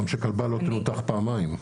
וגם שכלבה לא תנותח פעמיים.